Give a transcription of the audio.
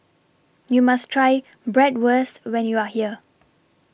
YOU must Try Bratwurst when YOU Are here